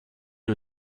you